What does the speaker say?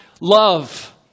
love